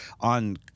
on